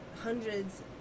hundreds